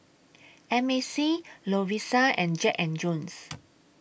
M A C Lovisa and Jack and Jones